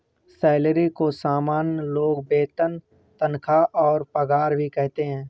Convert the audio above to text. salary को सामान्य लोग वेतन तनख्वाह और पगार भी कहते है